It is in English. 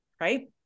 Right